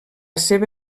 seva